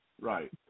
right